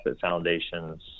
foundations